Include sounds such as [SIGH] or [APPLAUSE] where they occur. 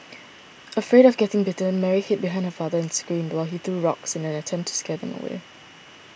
[NOISE] afraid of getting bitten Mary hid behind her father and screamed while he threw rocks in an attempt to scare them away